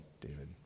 David